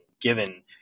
given